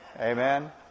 Amen